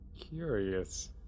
Curious